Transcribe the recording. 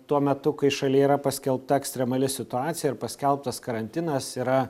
tuo metu kai šalyje yra paskelbta ekstremali situacija ir paskelbtas karantinas yra